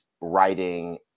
writing